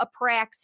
apraxia